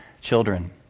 children